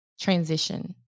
transition